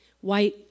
White